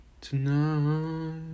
tonight